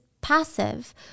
passive